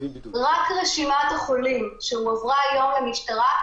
רק רשימת החולים שהועברה היום למשטרה,